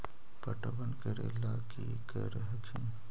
पटबन करे ला की कर हखिन?